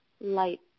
light